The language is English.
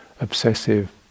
obsessive